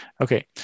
Okay